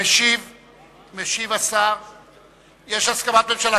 יש הסכמת ממשלה.